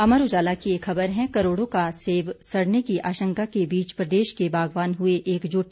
अमर उजाला की एक खबर है करोड़ों का सेब सड़ने की आशंका के बीच प्रदेश के बागवान हुए एकजुट